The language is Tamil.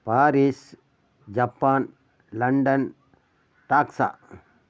Paris Japan London டாக்ஸ்ஸா